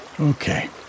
Okay